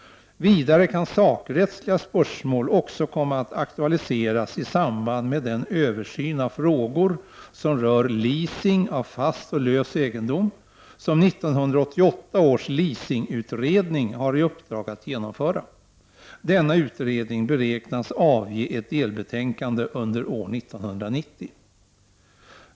Vidare kan sakrättsliga spörsmål också komma att aktualiseras i samband med den översyn av frågor som rör leasing av fast och lös egendom som 1988 års leasingutredning har i uppdrag att genomföra. Denna utredning beräknas avge ett delbetänkande under år 1990.